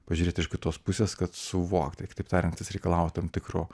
pažiūrėt iš kitos pusės kad suvokt tai kitaip tariant jis reikalauja tam tikro